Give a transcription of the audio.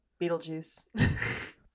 Beetlejuice